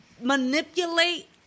manipulate